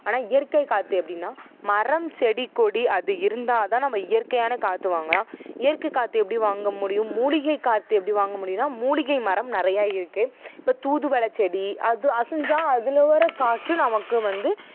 ஆனால் இயற்கை காற்று எப்படின்னா மரம் செடி கொடி அது இருந்தால் தான் நம்ம இயற்கையான காற்று வாங்கலாம் இயற்கை காற்று எப்படி வாங்க முடியும் மூலிகை காற்று எப்படி வாங்க முடியும்னா மூலிகை மரம் நிறையா இருக்குது இப்போ தூதுவளை செடி அது அசைஞ்சா அதில் வர காற்று நமக்கும் வந்து